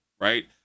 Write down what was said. right